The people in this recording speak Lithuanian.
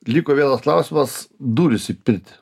liko vienas klausimas durys į pirtį